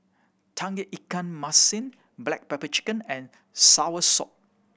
Tauge Ikan Masin black pepper chicken and soursop